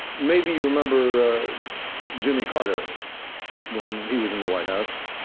maybe you remember jimmy carter when he was in the white house.